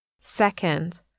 Second